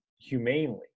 humanely